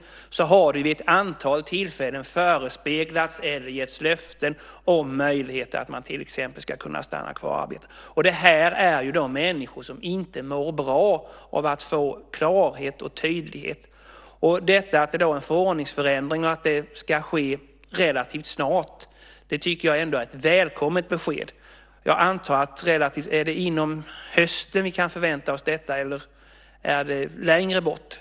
Det har vid ett antal tillfällen förespeglats eller getts löften om möjligheter att till exempel kunna stanna kvar och arbeta. Det här är ju människor som inte mår bra. De behöver klarhet och tydlighet. Att det här är en förordningsförändring och att den ska ske relativt snart tycker jag är ett välkommet besked. Vad betyder relativt snart? Är det under hösten vi kan förvänta oss detta, eller är det längre fram i tiden?